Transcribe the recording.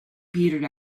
petered